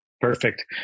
Perfect